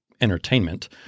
entertainment